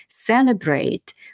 celebrate